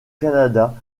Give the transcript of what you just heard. canada